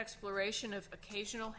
exploration of occasional